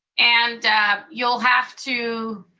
and you'll have to